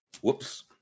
Whoops